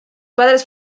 padres